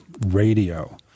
radio